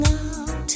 out